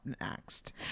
next